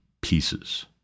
pieces